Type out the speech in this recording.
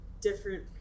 different